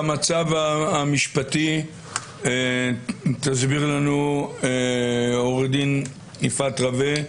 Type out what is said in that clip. המצב המשפטי תסביר לנו עו"ד יפעת רווה,